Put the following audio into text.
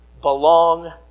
belong